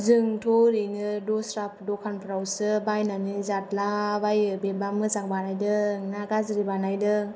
जोंथ' ओरैनो दस्रा दखानफ्रावसो बायनानै जाद्लाबायो बेबा मोजां बानायदों ना गाज्रि बानायदों